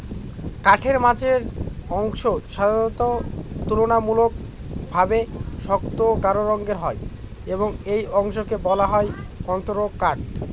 কাঠের মাঝের অংশ সাধারণত তুলনামূলকভাবে শক্ত ও গাঢ় রঙের হয় এবং এই অংশকে বলা হয় অন্তরকাঠ